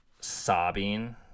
sobbing